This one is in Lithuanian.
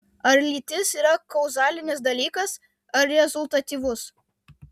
ar lytis yra kauzalinis dalykas ar rezultatyvus